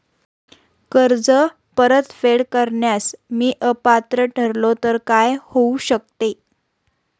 कर्ज परतफेड करण्यास मी अपात्र ठरलो तर काय होऊ शकते?